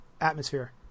atmosphere